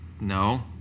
No